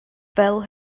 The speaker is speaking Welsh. fel